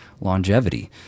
longevity